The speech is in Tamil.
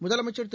முதலமைச்ச் திரு